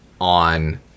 on